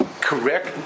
correct